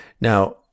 Now